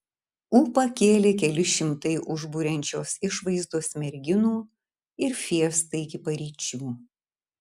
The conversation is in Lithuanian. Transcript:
ūpą kėlė keli šimtai užburiančios išvaizdos merginų ir fiesta iki paryčių